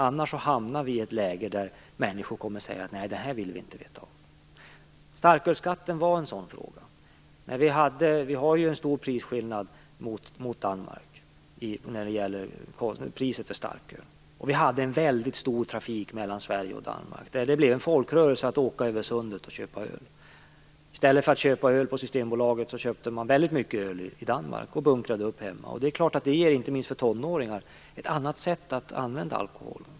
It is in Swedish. Annars hamnar vi i ett läge då människor säger: Nej, det här vill vi inte veta av! Starkölsskatten var en sådan fråga. Vi hade och har ju en stor skillnad mot Danmark vad gäller priset på starköl, och vi hade en väldigt omfattande trafik mellan Sverige och Danmark. Det blev en folkrörelse att åka över sundet och köpa öl. I stället för att köpa öl på Systembolaget köpte man väldigt mycket öl i Danmark och bunkrade upp hemma. Det ger, inte minst för tonåringar, ett annat sätt att använda alkohol.